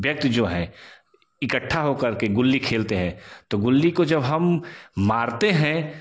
व्यक्ति जो है इकट्ठा होकर के गिली खेलते हैं तो गुल्ली को जब हम मरते हैं